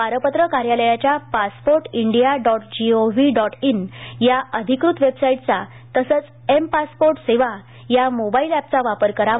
पारपत्र कार्यालयाच्या passport India dot G O V dot in या अधिकृत वेबसाईटचा तसंच एम पासपोर्ट सेवा या मोबाईल ऍपचा वापर करावा